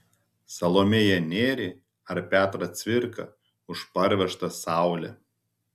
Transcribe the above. salomėją nėrį ar petrą cvirką už parvežtą saulę